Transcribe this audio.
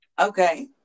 Okay